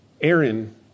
Aaron